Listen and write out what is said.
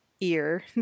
ear